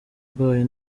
rwayo